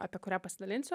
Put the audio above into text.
apie kurią pasidalinsiu